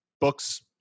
books